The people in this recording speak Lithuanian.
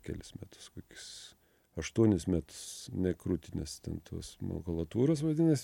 kelis metus kokius aštuonis metus nekrutinęs ten tos makulatūros vadinas